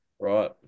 Right